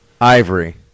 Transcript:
Ivory